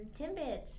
timbits